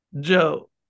Joe